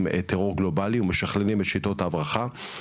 טרור גלובלי ומשכללים את שיטות ההברחה.